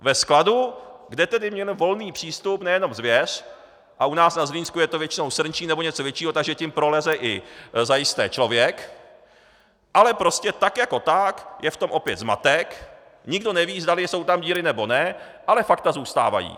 Ve skladu, kde měla volný přístup nejenom zvěř, a u nás na Zlínsku je to většinou srnčí nebo něco většího, takže tím proleze zajisté i člověk, ale prostě tak jako tak je v tom opět zmatek, nikdo neví, zdali jsou tam díry, nebo ne, ale fakta zůstávají.